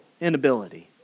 inability